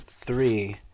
three